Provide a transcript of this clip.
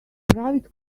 private